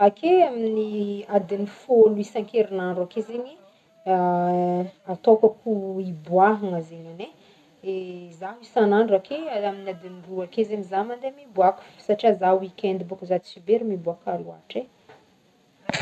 Ake amin'ny adiny fôlo isan-kerinandro ake zegny atôkako hiboahagna zegny agne zaho isan'andro ake ary amin'ny adiny roa ake zegna za mande miboaka satria za weekend bôko tsy de hery miboaka loàtra e.